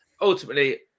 ultimately